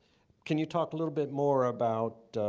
can you talk a little bit more about